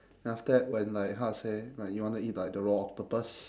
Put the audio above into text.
then after that when like how I say like you want to eat like the raw octopus